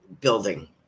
building